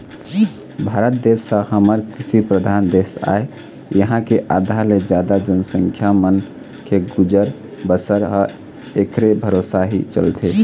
भारत देश ह हमर कृषि परधान देश आय इहाँ के आधा ले जादा जनसंख्या मन के गुजर बसर ह ऐखरे भरोसा ही चलथे